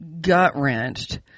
gut-wrenched